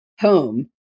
home